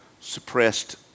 suppressed